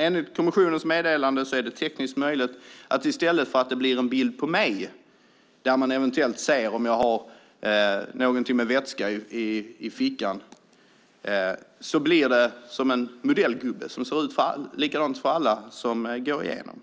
Enligt kommissionens meddelande är det tekniskt möjligt att i stället för att det blir en bild på mig, där man eventuellt ser om jag i fickan har någonting med vätska i, blir det en modellgubbe som ser likadan ut för alla och som går igenom.